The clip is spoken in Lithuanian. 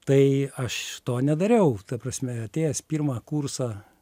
tai aš to nedariau ta prasme atėjęs pirmą kursą